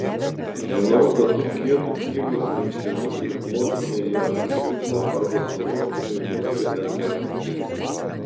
žinau kad tu kietu knygos viršeliu priplotumei ją prie stiklo arba suruoštumei musei egzekuciją